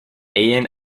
ian